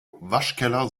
waschkeller